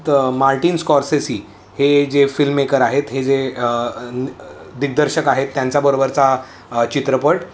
तर Martin Scorsese हे जे फिल्ममेकर आहेत हे जे दिग्दर्शक आहेत त्यांच्याबरोबरचा चित्रपट